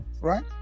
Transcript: Right